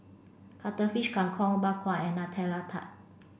Cuttlefish Kang Kong Bak Kwa and Nutella Tart